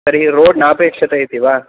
तर्हि रोड् नापेक्षते इति वा